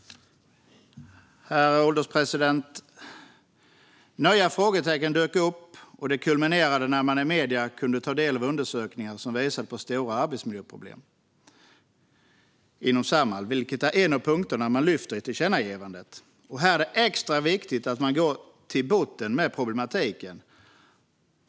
Herr ålderspresident! Nya frågetecken dök upp. Det kulminerade när man i medier kunde ta del av undersökningar som visade på stora arbetsmiljöproblem inom Samhall. Det är en av punkterna som lyfts fram i tillkännagivandet. Här är det extra viktigt att man går till botten med problematiken.